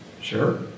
Sure